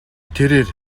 тэрээр